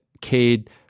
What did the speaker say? Cade